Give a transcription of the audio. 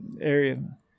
area